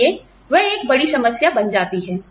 इसलिए वह एक बड़ी समस्या बन जाती है